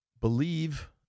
believe